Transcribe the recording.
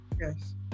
yes